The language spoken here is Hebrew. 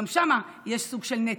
גם שם יש סוג של נתק.